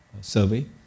survey